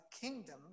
kingdom